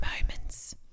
Moments